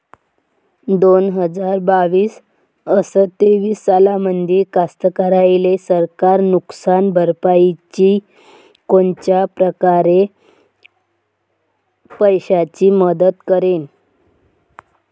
दोन हजार बावीस अस तेवीस सालामंदी कास्तकाराइले सरकार नुकसान भरपाईची कोनच्या परकारे पैशाची मदत करेन?